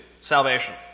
salvation